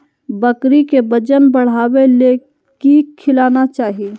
बकरी के वजन बढ़ावे ले की खिलाना चाही?